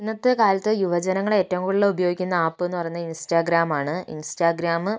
ഇന്നത്തെക്കാലത്ത് യുവജനങ്ങൾ എറ്റവും കൂടുതൽ ഉപയോഗിക്കുന്ന ആപ്പ് എന്നു പറയുന്നത് ഇൻസ്റ്റാഗ്രമാണ് ഇൻസ്റ്റാഗ്രാമ്